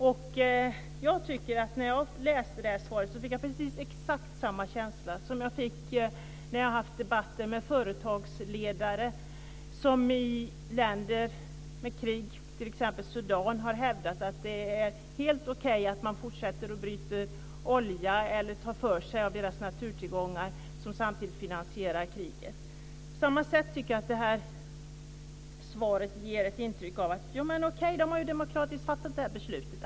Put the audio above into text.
När jag läste det här svaret fick jag exakt samma känsla som jag har fått när jag haft debatter med företagsledare i länder som är i krig, t.ex. Sudan, vilka har hävdat att det är helt okej att man fortsätter att utvinna olja eller på annat sätt ta för sig av deras naturtillgångar som samtidigt finansierar kriget. På samma sätt tycker jag att det här svaret ger intrycket: Okej, de har demokratiskt fattat det här beslutet.